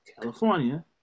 California